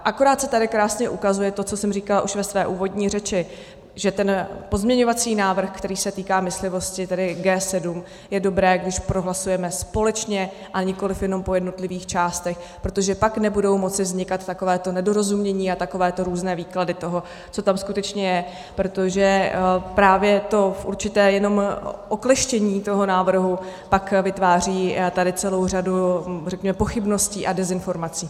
Akorát se tady krásně ukazuje to, co jsem říkala už ve své úvodní řeči, že ten pozměňovací návrh, který se týká myslivosti, tedy G7, je dobré, když prohlasujeme společně, a nikoliv jenom po jednotlivých částech, protože pak nebudou moci vznikat takováto nedorozumění a takovéto různé výklady toho, co tam skutečně je, protože právě jenom to určité okleštění toho návrhu pak vytváří tady celou řadu pochybností a dezinformací.